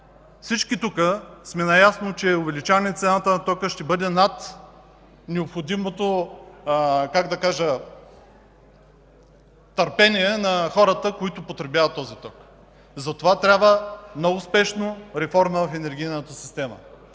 Всички тук сме наясно, че увеличаването цената на тока ще бъде над необходимото търпение на хората, които потребяват този ток. Затова трябва много спешно реформа в енергийната система,